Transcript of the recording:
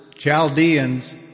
Chaldeans